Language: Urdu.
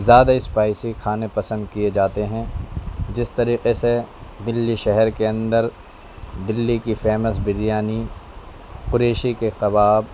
زیادہ اسپائسی کھانے پسند کیے جاتے ہیں جس طریقے سے دہلی شہر کے اندر دہلی کی فیمس بریانی قریشی کے کباب